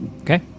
okay